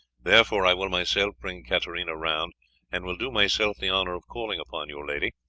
therefore i will myself bring katarina round and will do myself the honour of calling upon your lady.